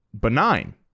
benign